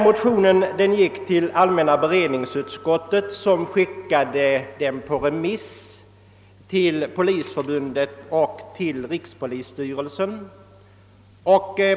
Motionen hänvisades till allmänna beredningsutskottet, som skickade den på remiss till Polisförbundet och till rikspolisstyrelsen.